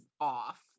off